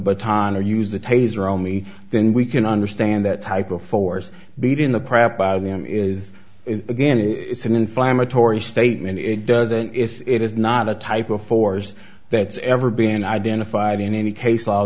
baton or used the taser on me then we can understand that type of force beating the crap out of them is again it's an inflammatory statement it doesn't if it is not a type of force that's ever been identified in any case law